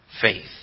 faith